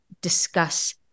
discuss